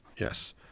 Yes